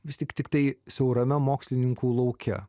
vis tik tiktai siaurame mokslininkų lauke